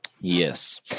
Yes